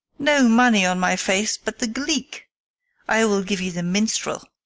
no money, on my faith but the gleek i will give you the minstrel.